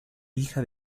hija